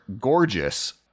Gorgeous